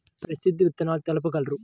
ప్రసిద్ధ విత్తనాలు తెలుపగలరు?